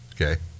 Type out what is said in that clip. Okay